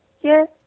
Yes